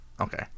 Okay